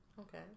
Okay